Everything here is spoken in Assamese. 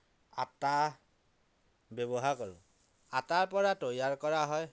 আটা ব্যৱহাৰ কৰোঁ আটাৰ পৰা তৈয়াৰ কৰা হয়